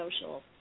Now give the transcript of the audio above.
social